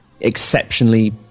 exceptionally